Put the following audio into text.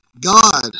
God